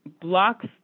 blocks